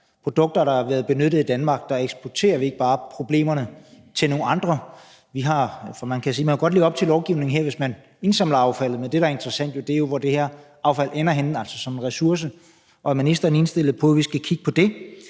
produkter, der har været benyttet i Danmark, eksporterer vi ikke bare problemerne til nogle andre. For man kan jo godt leve op til lovgivningen her, hvis man indsamler affaldet, men det, der er interessant, er jo, hvor det her affald ender henne, altså som en ressource. Er ministeren indstillet på, at vi skal kigge på det?